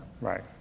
right